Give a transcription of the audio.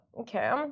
Okay